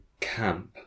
camp